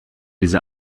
diese